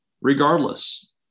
Regardless